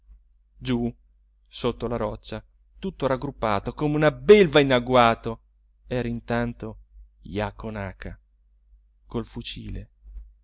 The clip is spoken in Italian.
giù sotto la roccia tutto raggruppato come una belva in agguato era intanto jaco naca col fucile